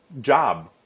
job